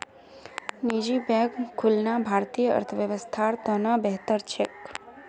निजी बैंक खुलना भारतीय अर्थव्यवस्थार त न बेहतर छेक